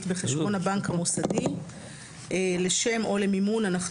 בחשבון הבנק המוסדי לשם/למימון התכנית לגמישות